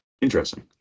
Interesting